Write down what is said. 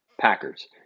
Packers